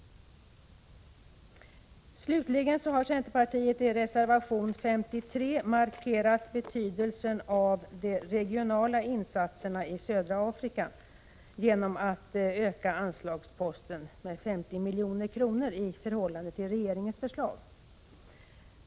Slutligen har centerpartiet i reservation 53 markerat betydelsen av de regionala insatserna i södra Afrika genom att förorda att anslagsposten ökas med 50 milj.kr. i förhållande till regeringens förslag.